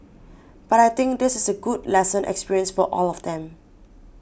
but I think this is a good lesson experience for all of them